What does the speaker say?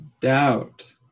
doubt